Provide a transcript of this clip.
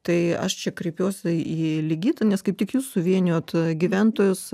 tai aš čia kreipiuosi į ligitą nes kaip tik jūs suvienijot gyventojus